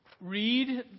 read